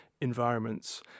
environments